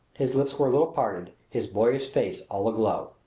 his lips were a little parted, his boyish face all aglow.